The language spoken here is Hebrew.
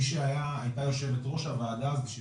מי שהייתה יושבת ראש הוועדה הזאת,